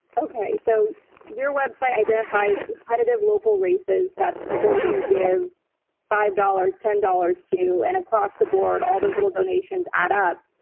okay. so your website identifies competitive local races that people can give five dollars, ten dollars to, and across the board, all those little donations add up,